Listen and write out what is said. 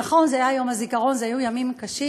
נכון, זה היה יום הזיכרון, אלה היו ימים קשים.